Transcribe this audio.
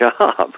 job